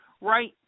right